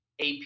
AP